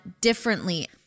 differently